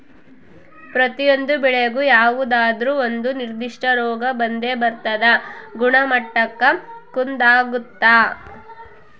ಪ್ರತಿಯೊಂದು ಬೆಳೆಗೂ ಯಾವುದಾದ್ರೂ ಒಂದು ನಿರ್ಧಿಷ್ಟ ರೋಗ ಬಂದೇ ಬರ್ತದ ಗುಣಮಟ್ಟಕ್ಕ ಕುಂದಾಗುತ್ತ